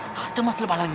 customers are if